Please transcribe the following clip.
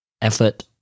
effort